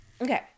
Okay